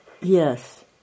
Yes